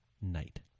night